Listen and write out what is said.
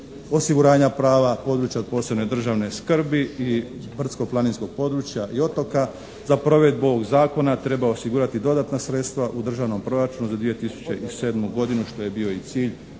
osiguranja prava područja od posebne državne skrbi i brdsko-planinskog područja i otoka za provedbu ovog zakona treba osigurati dodatna sredstva u Državnom proračunu za 2007. godinu što je bio i cilj